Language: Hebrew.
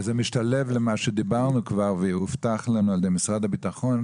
זה משתלב גם במה שדיברנו כבר והובטח לנו על ידי משרד הביטחון,